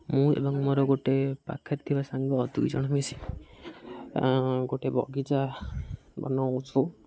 ମୁଁ ଏବଂ ମୋର ଗୋଟେ ପାଖରେ ଥିବା ସାଙ୍ଗ ଦୁଇ ଜଣ ମିଶି ଗୋଟେ ବଗିଚା ବନାଉଛୁ